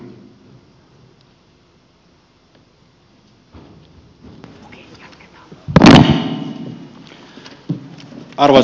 arvoisa puhemies